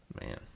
Man